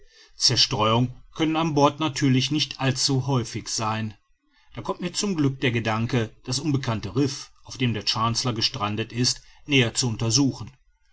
zerstreuungen können an bord natürlich nicht allzu häufig sein da kommt mir zum glück der gedanke das unbekannte riff auf dem der chancellor gestrandet ist näher zu untersuchen